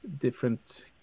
different